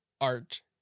art